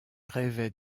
rêvait